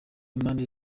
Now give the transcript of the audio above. impande